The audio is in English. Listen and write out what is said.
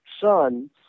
son